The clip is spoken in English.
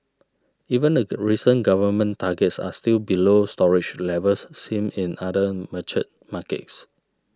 even the recent government targets are still below storage levels seen in other mature markets